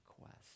quest